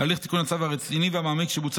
הליך תיקון הצו הרציני והמעמיק שבוצע